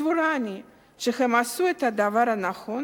סבורה אני שהם עשו את הדבר הנכון,